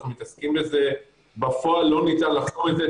אנחנו מתעסקים עם זה בפועל לא ניתן לחקור את זה.